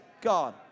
God